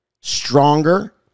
stronger